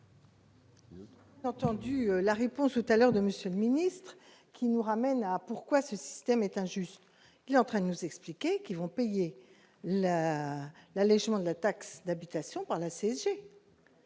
Lienemann. Entendu la réponse tout à l'heure de monsieur le Ministre, qui nous ramène à pourquoi ce système est injuste, qui est en train de nous expliquer qui vont payer la l'allégement de la taxe d'habitation par la CGT.